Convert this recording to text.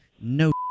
No